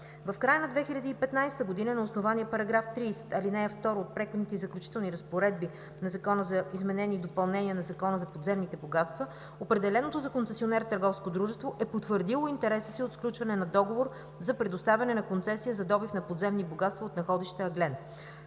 В края на 2015 г. на основание § 30, ал. 2 от Преходните и заключителните разпоредби на Закона за изменение и допълнение на Закона за подземните богатства определеното за концесионер търговско дружество е потвърдило интереса си от сключване на договор за предоставяне на концесия за добив на подземни богатства от находище „Ъглен“.